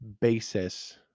basis